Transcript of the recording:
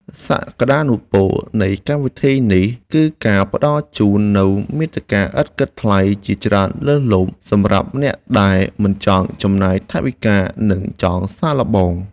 សក្ដានុពលនៃកម្មវិធីនេះគឺការផ្តល់ជូននូវមាតិកាឥតគិតថ្លៃជាច្រើនលើសលប់សម្រាប់អ្នកដែលមិនចង់ចំណាយថវិកា និង ចង់សាកល្បង។